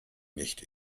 nicht